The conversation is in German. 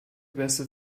bässe